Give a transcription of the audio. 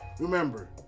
Remember